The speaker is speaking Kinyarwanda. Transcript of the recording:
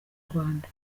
rwanda